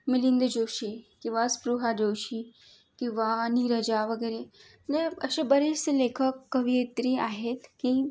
मिलिंद जोशी किंवा स्पृहा जोशी किंवा निरजा वगैरे ले असे बरेचसे लेखक कवयित्री आहेत की